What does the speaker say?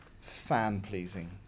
fan-pleasing